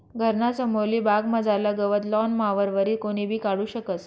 घरना समोरली बागमझारलं गवत लॉन मॉवरवरी कोणीबी काढू शकस